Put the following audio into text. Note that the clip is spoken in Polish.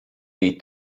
jej